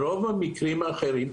ברוב המקרים האחרים,